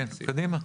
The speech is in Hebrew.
כן, קדימה.